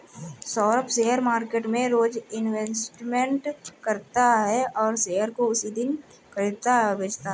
Saurabh share market में रोज investment करता है और शेयर को उसी दिन खरीदता और बेचता है